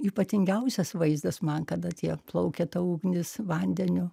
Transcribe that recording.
ypatingiausias vaizdas man kada tie plaukia ta ugnis vandeniu